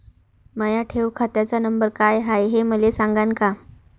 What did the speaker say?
माया ठेव खात्याचा नंबर काय हाय हे मले सांगान का?